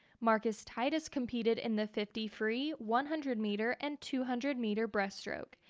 marcus titus competed in the fifty free, one hundred meter and two hundred meter breaststroke.